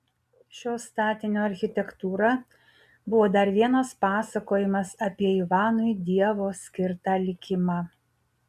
šio statinio architektūra buvo dar vienas pasakojimas apie ivanui dievo skirtą likimą